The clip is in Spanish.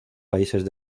países